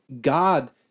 God